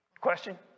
Question